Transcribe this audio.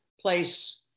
place